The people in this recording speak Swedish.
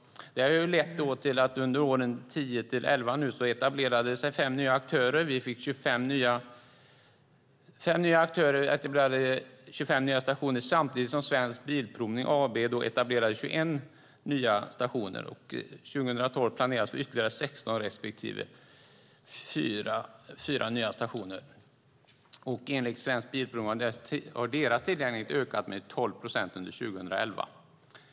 Det har lett till att det under 2010-2011 etablerade sig 5 nya aktörer och vi fick 25 nya stationer, samtidigt som AB Svensk Bilprovning etablerade 21 nya stationer. År 2012 planeras ytterligare 16 respektive 4 nya stationer. Enligt Svensk Bilprovning har deras tillgänglighet ökat med 12 procent under 2011.